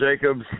Jacobs